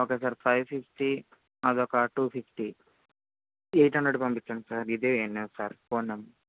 ఒకే sir five fifty అదొక two fifty eight hundred పంపించండి sir ఇదే ఫోన్ నంబర్